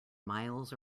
miles